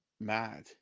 mad